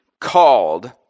called